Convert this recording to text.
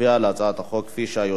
כפי שהיושב-ראש אמר,